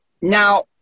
Now